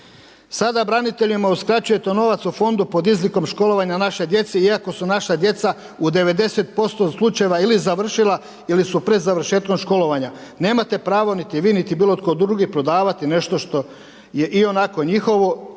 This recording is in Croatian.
Sada braniteljima uskraćujete novac u fondu pod izlikom školovanja naše djece iako su naša djeca u 90% slučajeva ili završila ili su pred završetkom školovanja. Nemate pravo niti vi niti bilo tko drugi prodavati nešto što je ionako njihovo